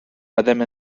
byddem